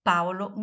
Paolo